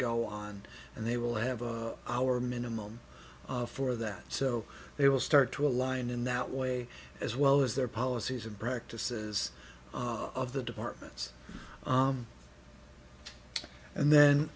go on and they will have a hour minimum for that so they will start to align in that way as well as their policies and practices of the departments and then